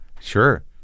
Sure